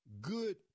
good